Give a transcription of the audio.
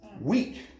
weak